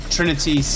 Trinity